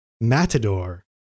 Matador